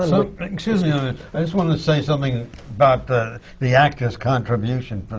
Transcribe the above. ah so excuse me a minute. i just wanted to say something about the the actor's contribution.